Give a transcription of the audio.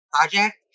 project